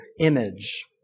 image